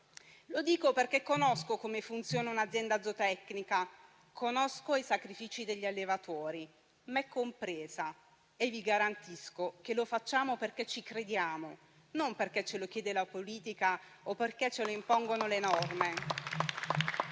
Lo dico perché conosco come funziona un'azienda zootecnica. Conosco i sacrifici degli allevatori, me compresa, e vi garantisco che lo facciamo perché ci crediamo, non perché ce lo chiede la politica o perché ce lo impongono le norme.